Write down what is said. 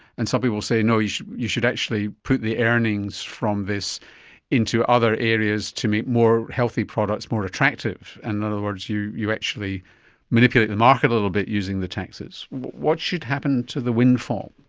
and some people say, no, you should you should actually put the earnings from this into other areas to make more healthy products more attractive. and in other words, you you actually manipulate the market a little bit using the taxes. what should happen to the windfall?